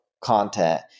content